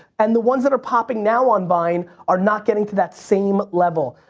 and the ones that are popping now on vine are not getting to that same level.